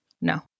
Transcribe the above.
no